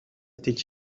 ticket